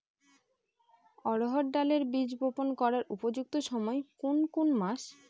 অড়হড় ডালের বীজ বপন করার উপযুক্ত সময় কোন কোন মাস?